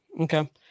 Okay